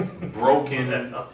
broken